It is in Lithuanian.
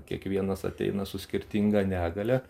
kiekvienas ateina su skirtinga negalia